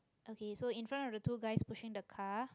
okay so in front of the two guys pushing the car